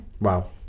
Wow